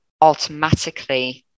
automatically